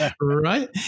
right